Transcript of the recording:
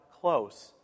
close